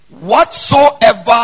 Whatsoever